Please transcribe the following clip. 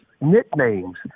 nicknames